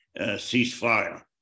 ceasefire